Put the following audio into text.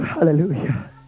Hallelujah